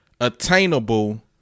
attainable